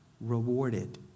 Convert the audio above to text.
rewarded